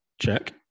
Check